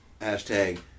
hashtag